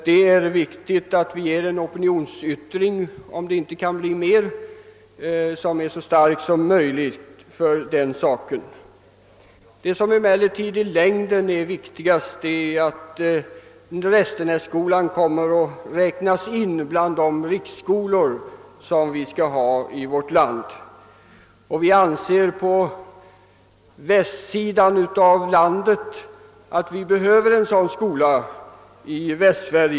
Det är angeläget att vi ger till känna en så stark opinionsyttring som möjligt härför, även om det inte kan bli något mer än en sådan. Vad som emellertid i längden är viktigast är att Restenässkolan kommer att räknas in bland de riksskolor som vi skall ha i vårt land. Vi anser inom den västra delen av landet att en sådan skola behövs där.